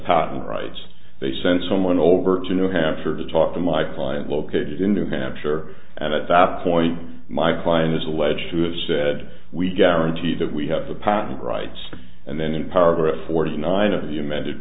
patent rights they sent someone over to new hampshire to talk to my client located in new hampshire and at that point my client is alleged to have said we guarantee that we have the patent rights and then in paragraph forty nine of you men